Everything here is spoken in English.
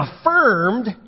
affirmed